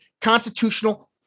constitutional